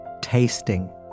tasting